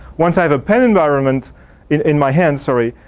once i have a pen environment in my hand sorry.